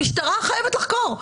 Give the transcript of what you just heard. המשטרה חייבת לחקור,